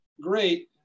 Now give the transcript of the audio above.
great